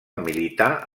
milità